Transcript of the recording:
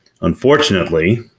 Unfortunately